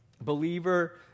Believer